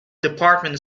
department